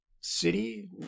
City